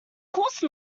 course